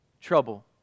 trouble